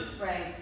Right